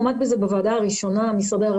מלווים את המשפחות ונשארים אתן בקשר